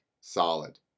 solid